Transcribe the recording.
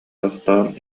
тохтоон